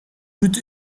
with